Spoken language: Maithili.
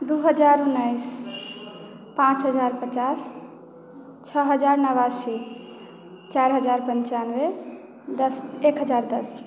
दू हजार उन्नैस पाँच हजार पचास छओ हजार नवासी चारि हजार पञ्चानवे एक हजार दस